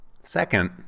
Second